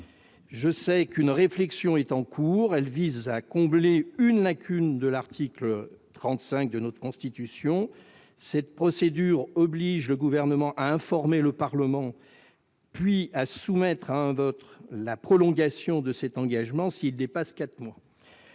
Je sais qu'une réflexion est en cours ; elle vise à combler une lacune de l'article 35 de la Constitution. Ce dernier oblige le Gouvernement à informer le Parlement, puis à soumettre à un vote la prolongation de cet engagement s'il dépasse quatre mois.